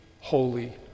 holy